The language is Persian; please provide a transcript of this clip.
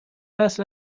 اصلا